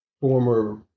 Former